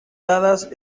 dadas